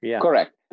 correct